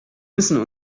müssen